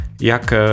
jak